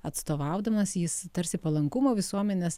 atstovaudamas jis tarsi palankumo visuomenės